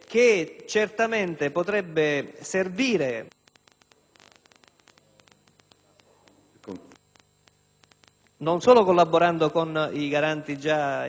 non solo collaborando con i garanti già esistenti nel territorio, ma proprio in casi come quelli segnalati dal